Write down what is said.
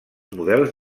models